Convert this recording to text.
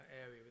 area